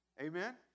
Amen